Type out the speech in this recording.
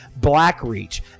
Blackreach